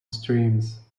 streams